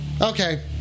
Okay